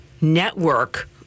network